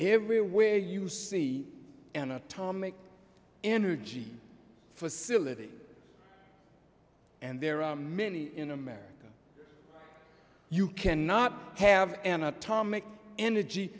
everywhere you see an atomic energy for syllabi and there are many in america you cannot have an atomic energy